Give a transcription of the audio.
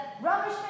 rubbish